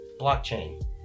blockchain